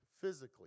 physically